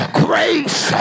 grace